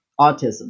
autism